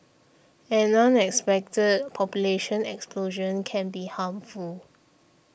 an unexpected population explosion can be harmful